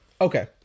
okay